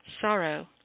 sorrow